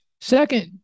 Second